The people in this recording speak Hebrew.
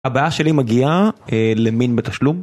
הבעיה שלי מגיעה למין בתשלום.